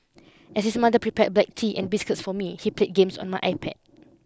as his mother prepared black tea and biscuits for me he played games on my iPad